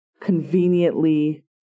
conveniently